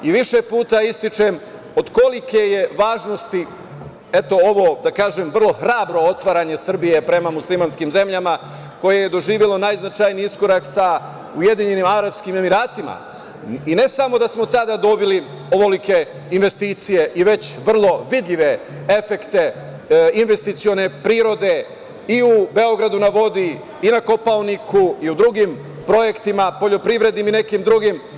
Više puta ističem od kolike je važnosti, eto ovo da kažem vrlo hrabro otvaranje Srbije prema muslimanskim zemljama koje je doživelo najznačajniji iskorak sa Ujedinjenim Arapskim Emiratima, i ne samo da smo tada dobili ovolike investicije i već vrlo vidljive efekte investicione prirode i u „Beogradu na vodi“ i na Kopaoniku, i u drugim projektima, poljoprivrednim i nekim drugim.